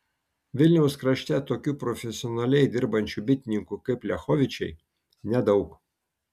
vilniaus krašte tokių profesionaliai dirbančių bitininkų kaip liachovičiai nedaug